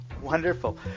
wonderful